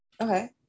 okay